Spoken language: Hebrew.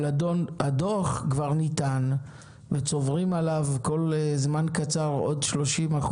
אבל הדוח כבר ניתן וצוברים עליו כל זמן קצר עוד 30%,